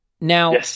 Now